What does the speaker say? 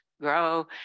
grow